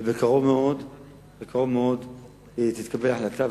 ובקרוב מאוד תתקבל החלטה.